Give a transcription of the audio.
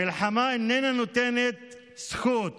מלחמה איננה נותנת זכות